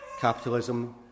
Capitalism